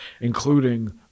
including